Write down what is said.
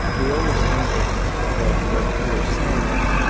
we always think that what what we're saying is,